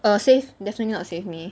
uh save definitely not save me